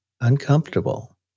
uncomfortable